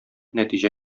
нәтиҗә